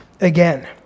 again